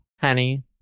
Honey